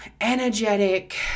energetic